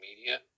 media